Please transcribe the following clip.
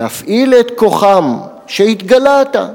להפעיל את כוחם שהתגלה עתה,